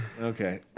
Okay